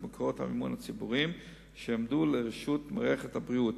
מקורות המימון הציבוריים שיועמדו לרשות מערכת הבריאות.